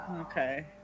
Okay